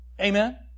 Amen